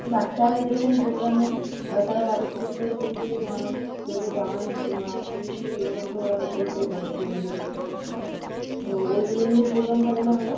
বাচ্চারা যেরকম পোগ্রামে তারা পার্টিসিপেট করবে সেই হিসেবেই নেওয়া হবে কেউ তো ডান্স আবৃত্তি এইসব তো ওরা করতেই থাকবে কেউ না কেউ তো ওইগুলো নিয়েই পোগ্রাম সাজানো হবে